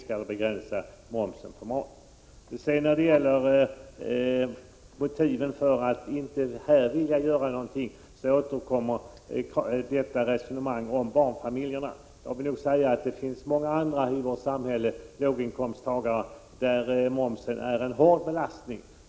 När det sedan gäller socialdemokraternas motiv för att inte vilja göra någonting på detta område vill jag återkomma till det som anförs beträffande barnfamiljerna. Det finns många kategorier av låginkomsttagare i vårt samhälle för vilka momsen är en hård belastning.